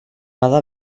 bada